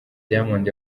diamond